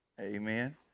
Amen